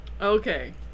Okay